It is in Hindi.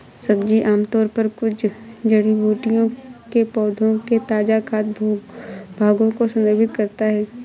सब्जी आमतौर पर कुछ जड़ी बूटियों के पौधों के ताजा खाद्य भागों को संदर्भित करता है